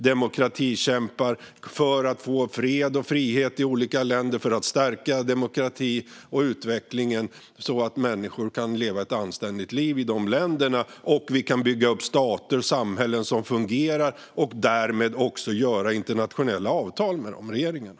Demokratikämpar i olika länder arbetar för fred och frihet och för att stärka demokratin och utvecklingen så att människor kan leva ett anständigt liv i dessa länder. Genom att bygga upp stater och samhällen som fungerar kan vi därmed också göra internationella avtal med de regeringarna.